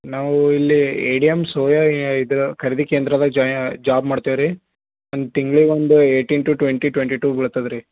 ನಾವು ಇಲ್ಲಿ A D M soya ಇದ್ರ ಖರೀದಿ ಕೇಂದ್ರದಾಗ ಜೊಯ್ ಜಾಬ್ ಮಾಡ್ತೇವೆ ರೀ ಒಂದು ತಿಂಗ್ಳಿಗೆ ಒಂದು eighteen to twenty twenty two ಬೀಳ್ತದ ರೀ